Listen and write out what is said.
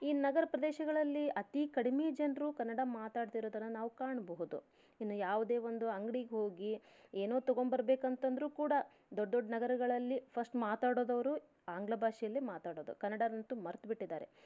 ಈ ನಗರ ಪ್ರದೇಶಗಳಲ್ಲಿ ಅತಿ ಕಡಿಮೆ ಜನರು ಕನ್ನಡ ಮಾತಾಡ್ತಿರೋದನ್ನ ನಾವು ಕಾಣಬಹುದು ಇನ್ನು ಯಾವುದೇ ಒಂದು ಅಂಗಡಿಗೆ ಹೋಗಿ ಏನೋ ತಗೊಂಬರ್ಬೇಕಂತಂದ್ರು ಕೂಡ ದೊಡ್ಡ ದೊಡ್ಡ ನಗರಗಳಲ್ಲಿ ಫಸ್ಟ್ ಮಾತಾಡೋದವ್ರು ಆಂಗ್ಲ ಭಾಷೆಯಲ್ಲೇ ಮಾತಾಡೋದು ಕನ್ನಡ ಅಂತೂ ಮರೆತುಬಿಟ್ಟಿದ್ದಾರೆ